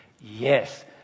Yes